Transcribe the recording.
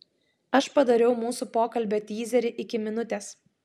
aš padariau mūsų pokalbio tyzerį iki minutės